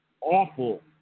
awful